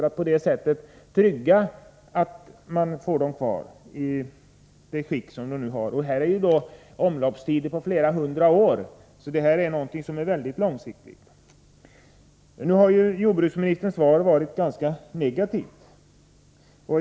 Syftet är att trygga deras fortbestånd i det skick de nu har. Här är det fråga om omloppstider på flera hundra år, så det här är någonting som är mycket långsiktigt. Jordbruksministerns svar är ganska negativt.